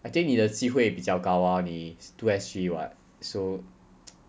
I think 你的机会比较高啊你 two S_G [what] so